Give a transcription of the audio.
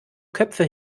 köpfe